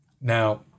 Now